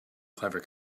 clever